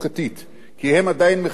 כי הם עדיין מחכים להורים.